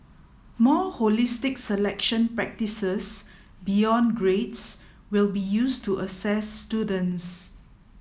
more holistic selection practices beyond grades will be used to assess students